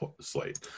slate